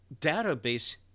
database